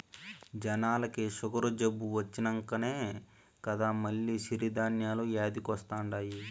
జనాలకి సుగరు జబ్బు వచ్చినంకనే కదా మల్ల సిరి ధాన్యాలు యాదికొస్తండాయి